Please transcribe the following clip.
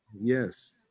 Yes